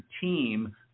team